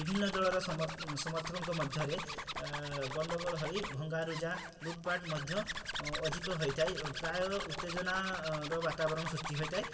ବିଭିନ୍ନ ଦଳର ସମର୍ଥକ ମଧ୍ୟରେ ଗଣ୍ଡଗୋଳ ହୋଇ ଭଙ୍ଗାରୁଜା ଲୁଟପାଟ୍ ମଧ୍ୟ ଅଧିକ ହୋଇଥାଏ ପ୍ରାୟ ଉତ୍ତେଜନାର ବାତାବରଣ ସୃଷ୍ଟି ହୋଇଥାଏ